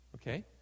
Okay